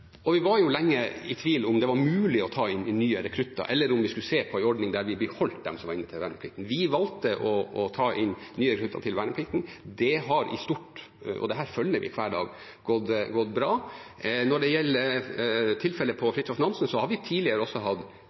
Vi var lenge i tvil om det var mulig å ta inn nye rekrutter, eller om vi skulle se på en ordning der vi beholdt dem som var inne til verneplikt. Vi valgte å ta inn nye rekrutter til verneplikten. Det har i stort gått bra, og dette følger vi hver dag. Når det gjelder tilfellet på KNM «Fridtjof Nansen», har vi tidligere også